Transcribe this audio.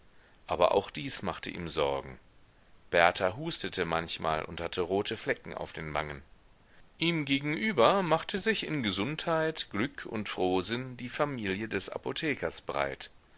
aber auch dies machte ihm sorgen berta hustete manchmal und hatte rote flecken auf den wangen ihm gegenüber machte sich in gesundheit glück und frohsinn die familie des apothekers breit